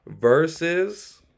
versus